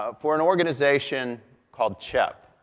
ah for an organization called chep.